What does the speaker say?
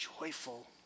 joyful